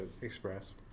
express